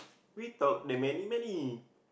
we talk the many many